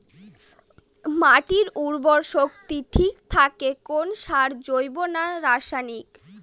মাটির উর্বর শক্তি ঠিক থাকে কোন সারে জৈব না রাসায়নিক?